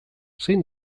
zein